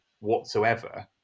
whatsoever